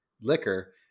liquor